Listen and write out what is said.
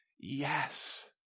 yes